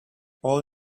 all